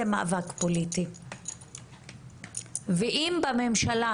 זה מאבק פוליטי ואם בממשלה